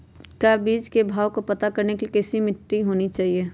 का बीज को भाव करने के लिए कैसा मिट्टी होना चाहिए?